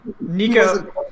Nico